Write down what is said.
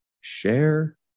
share